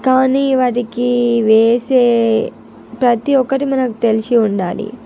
కానీ వాటికి వేసే ప్రతి ఒక్కటి మనకి తెలిసి ఉండాలి